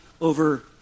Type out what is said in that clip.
over